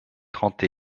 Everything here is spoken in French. trente